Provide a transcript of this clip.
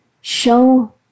Show